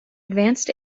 advanced